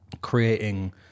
creating